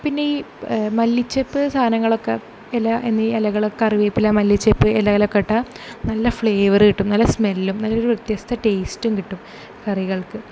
പിന്നെ ഈ മല്ലിച്ചപ്പ് സാധനങ്ങളൊക്കെ ഇല എന്നീ ഇലകളൊക്ക കറിവേപ്പില മല്ലിച്ചപ്പ് ഇലകളക്കെ ഇട്ടാൽ നല്ല ഫ്ളേവറ് കിട്ടും നല്ല സ്മെല്ലും നല്ലൊരു വ്യത്യസ്ത ടേസ്റ്റും കിട്ടും കറികൾക്ക്